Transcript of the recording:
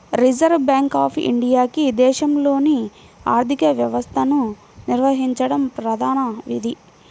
reserve bank of ఇండియాకి దేశంలోని ఆర్థిక వ్యవస్థను నిర్వహించడం ప్రధాన విధి